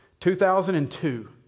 2002